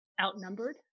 outnumbered